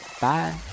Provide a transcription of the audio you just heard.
Bye